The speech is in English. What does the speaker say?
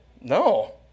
No